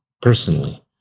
personally